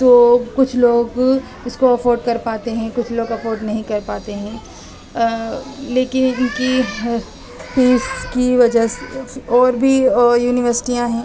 تو کچھ لوگ اس کو افورڈ کر پاتے ہیں کچھ لوگ افورڈ نہیں کر پاتے ہیں لیکن ان کی فیس کی وجہ سے اور بھی یونیورسٹیاں ہیں